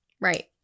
Right